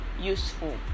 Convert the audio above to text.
useful